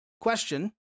question